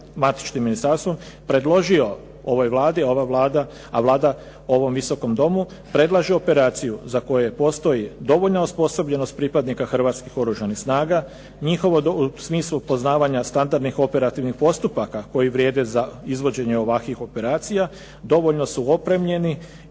matičnim ministarstvom predložio ovoj Vlada, a ova Vlada ovom Visokom domu predlaže operaciju za koje postoje dovoljna osposobljenost pripadnika Hrvatskih oružanih snaga, njihovog u smislu poznavanja standardnih operativnih postupaka koji vrijede za izvođenje ovakvih operacija, dovoljno su opremljeni